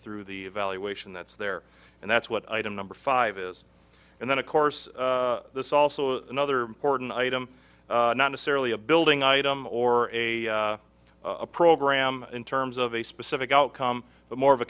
through the evaluation that's there and that's what item number five is and then of course this also another important item not necessarily a building item or a program in terms of a specific outcome but more of a